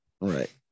right